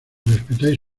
respetáis